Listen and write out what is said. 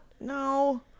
No